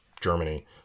Germany